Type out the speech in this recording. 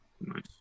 Nice